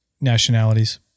nationalities